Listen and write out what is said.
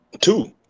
Two